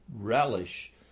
relish